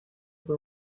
por